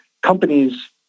companies